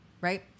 right